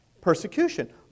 persecution